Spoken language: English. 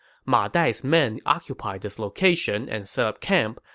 ma dai's men occupied this location and set up camp,